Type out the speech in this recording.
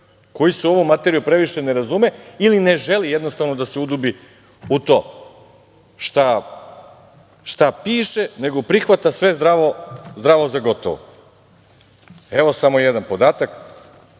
koji se u ovu materiju previše ne razume ili ne želi jednostavno da se udubi u to šta piše, nego prihvata sve zdravo za gotovo. Evo samo jedan podatak,